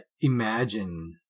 imagine